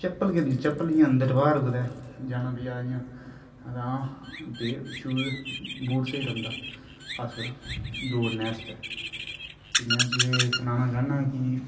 चपल इयां अंदर बार कुते जाना पेआ इयां तां शूज बूट स्हेई रौंहदा खास कर दौड़ने आस्ते में तुसेंगी एह् सनाना चाहना कि